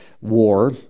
war